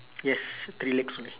yes three legs only